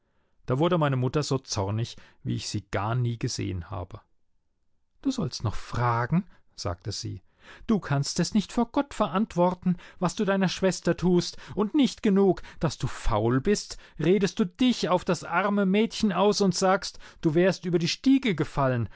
da wurde meine mutter so zornig wie ich sie gar nie gesehen habe du sollst noch fragen sagte sie du kannst es nicht vor gott verantworten was du deiner schwester tust und nicht genug daß du faul bist redest du dich auf das arme mädchen aus und sagst du wärst über die stiege gefallen